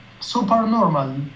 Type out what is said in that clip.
supernormal